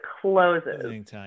closes